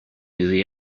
iddi